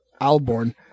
Alborn